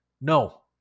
No